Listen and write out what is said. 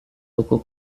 loco